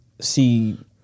see